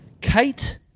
Kate